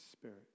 spirit